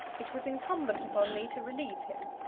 it was incumbent upon me to relieve him.